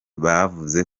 bavuze